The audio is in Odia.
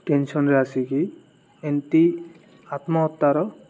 ଟେନସନରେ ଆସିକି ଏମତି ଆତ୍ମହତ୍ୟାର